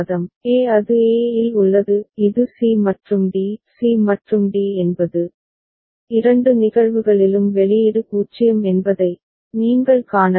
e அது e இல் உள்ளது இது c மற்றும் d c மற்றும் d என்பது இரண்டு நிகழ்வுகளிலும் வெளியீடு 0 என்பதை நீங்கள் காணலாம்